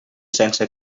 sense